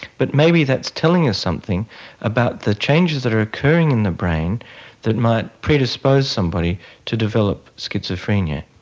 but maybe that's telling us something about the changes that are occurring in the brain that might predispose somebody to develop schizophrenia.